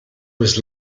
was